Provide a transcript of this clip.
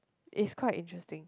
it's quite interesting